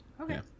okay